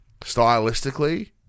stylistically